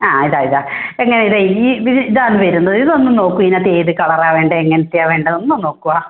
ആ ഇതായിതാണ് എങ്ങനെയുണ്ട് ഈ ഇതാണ് വരുന്നത് ഇതൊന്നു നോക്ക് ഇതിനകത്ത് ഏത് കളറാണ് വേണ്ടത് എങ്ങനത്തെയാണ് വേണ്ടതെന്ന് ഒന്ന് നോക്കുമോ